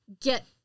get